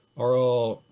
are all